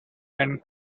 and